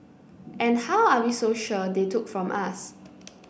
and how are we so sure they took from us